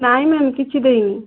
ନାଇଁ ନାଇଁ କିଛି ଦେଇନି